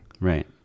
Right